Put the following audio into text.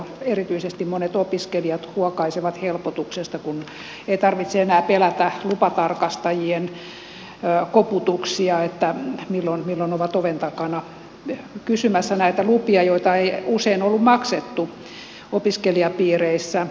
erityisesti monet opiskelijat huokaisevat helpotuksesta kun ei tarvitse enää pelätä lupatarkastajien koputuksia milloin ovat oven takana kysymässä näitä lupia joita ei usein ollut maksettu opiskelijapiireissä